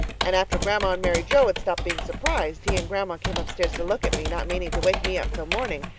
and after grandma and mary joe had stopped being surprised he and grandma came upstairs to look at me, not meaning to wake me up till morning.